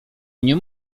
mnie